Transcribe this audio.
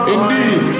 Indeed